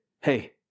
hey